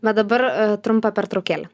bet dabar trumpa pertraukėlė